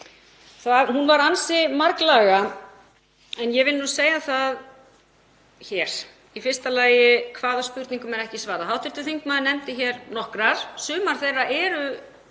Hún var ansi marglaga en ég vil segja það hér í fyrsta lagi: Hvaða spurningum er ekki svarað? Hv. þingmaður nefndi nokkrar. Sumar þeirra eru